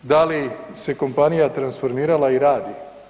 Da li se kompanija transformirala i radi?